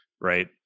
right